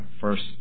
first